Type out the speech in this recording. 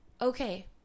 okay